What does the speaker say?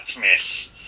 miss